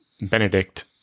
Benedict